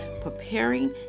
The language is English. preparing